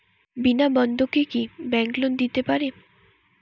বিনা বন্ধকে কি bank loan দিতে পারে?